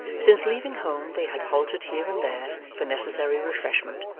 since leaving home, they had halted here and there for necessary refreshment,